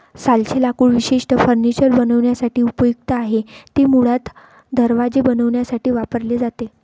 सालचे लाकूड विशेषतः फर्निचर बनवण्यासाठी उपयुक्त आहे, ते मुळात दरवाजे बनवण्यासाठी वापरले जाते